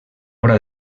obra